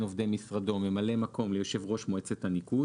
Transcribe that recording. עובדי משרדו ממלא מקום ליושב ראש מועצת הניקוז.